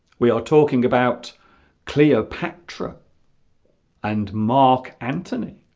we are talking about cleopatra and mark antony